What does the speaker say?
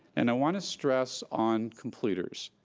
and i wanna stress on completers.